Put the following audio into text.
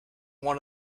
one